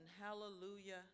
hallelujah